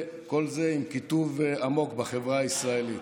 כל זה עם קיטוב עמוק בחברה הישראלית.